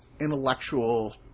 intellectual